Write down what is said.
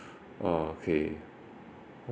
oh okay